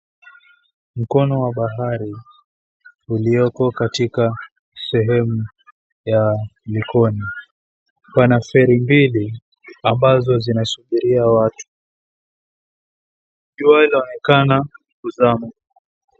Mkono wa bahari ulioko katika sehemu ya Likoni. Pana feri mbili ambazo zinasubiria watu. Jua linaonekana kuzama.